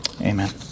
Amen